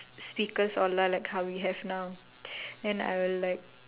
speakers all lah like how we have now then I will like